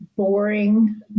boring